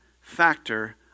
factor